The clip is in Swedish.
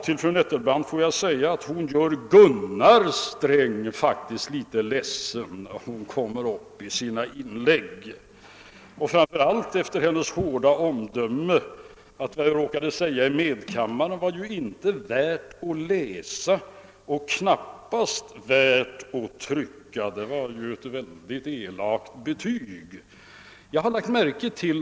Till fru Nettelbrandt får jag säga, att hon faktiskt gör Gunnar Sträng litet ledsen med sina inlägg; framför allt gäller det hennes hårda omdöme att vad jag råkade yttra i medkammaren inte var värt att läsa och knappast ens att trycka. Det var ett mycket elakt betyg.